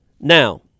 now